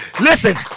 Listen